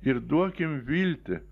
ir duokim viltį